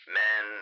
men